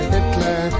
Hitler